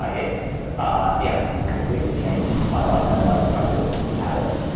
ah it's yeah completely changed my life and my my work habits.